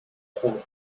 trouve